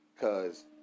Cause